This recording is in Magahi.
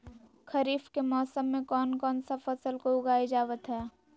खरीफ के मौसम में कौन कौन सा फसल को उगाई जावत हैं?